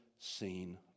seen